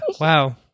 wow